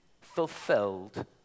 fulfilled